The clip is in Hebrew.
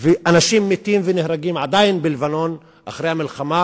ועדיין אנשים מתים ונהרגים בלבנון אחרי המלחמה,